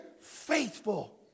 faithful